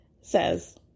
says